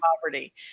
poverty